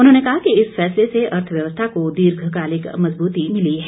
उन्होंने कहा कि इस फैसले से अर्थव्यवस्था को दीर्घकालिक मजबूती मिली है